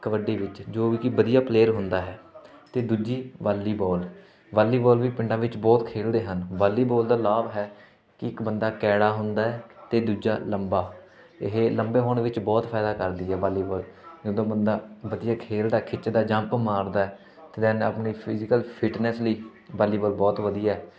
ਕਬੱਡੀ ਵਿੱਚ ਜੋ ਵੀ ਕਿ ਵਧੀਆ ਪਲੇਅਰ ਹੁੰਦਾ ਹੈ ਅਤੇ ਦੂਜੀ ਵਾਲੀਬੋਲ ਵਾਲੀਬੋਲ ਵੀ ਪਿੰਡਾਂ ਵਿੱਚ ਬਹੁਤ ਖੇਡਦੇ ਹਨ ਵਾਲੀਬੋਲ ਦਾ ਲਾਭ ਹੈ ਕਿ ਇੱਕ ਬੰਦਾ ਕੈੜਾ ਹੁੰਦਾ ਅਤੇ ਦੂਜਾ ਲੰਬਾ ਇਹ ਲੰਬੇ ਹੋਣ ਵਿੱਚ ਬਹੁਤ ਫਾਇਦਾ ਕਰਦੀ ਹੈ ਵਾਲੀਬੋਲ ਜਦੋਂ ਬੰਦਾ ਵਧੀਆ ਖੇਡਦਾ ਖਿੱਚਦਾ ਜੰਪ ਮਾਰਦਾ ਅਤੇ ਦੈਨ ਆਪਣੀ ਫਿਜੀਕਲ ਫਿੱਟਨੈੱਸ ਲਈ ਵਾਲੀਬੋਲ ਬੁਹਤ ਵਧੀਆ